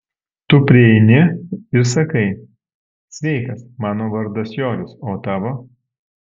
tu prieini ir sakai sveikas mano vardas joris o tavo